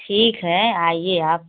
ठीक है आइए आप